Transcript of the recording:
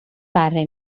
بره